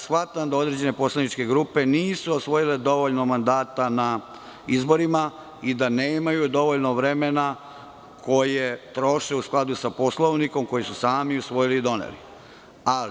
Shvatam da određene poslaničke grupe nisu osvojile dovoljno mandata na izborima i da nemaju dovoljno vremena koje troše u skladu sa Poslovnikom, koji su sami usvojili i doneli.